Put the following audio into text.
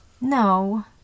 No